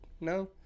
No